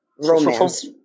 romance